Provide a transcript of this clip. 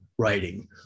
writing